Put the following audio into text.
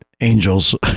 angels